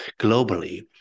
globally